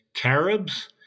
Caribs